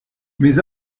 mes